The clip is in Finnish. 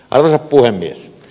arvoisa puhemies